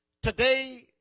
Today